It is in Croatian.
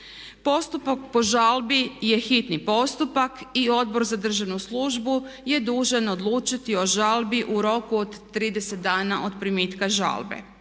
Postupak po žalbi je hitni postupak i Odbor za državnu službu je dužan odlučiti o žalbi u roku od 30 dana od primitka žalbe.